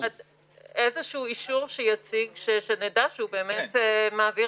שנקרא, שבא מעולם